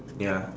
ya